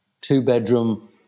two-bedroom